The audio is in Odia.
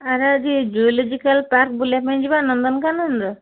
ଆରେ ଆଜି ଜୁଲୋଜିକାଲ୍ ପାର୍କ ବୁଲିବା ପାଇଁ ଯିବା ନନ୍ଦନକାନନର